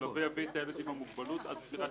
המלווה יביא את הילד עם המוגבלות עד תחילת